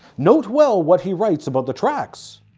note well what he writes about the tracks